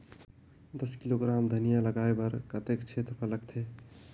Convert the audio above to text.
दस किलोग्राम धनिया लगाय बर कतेक क्षेत्रफल लगथे?